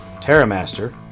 Terramaster